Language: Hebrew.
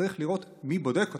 צריך לראות מי בודק אותם,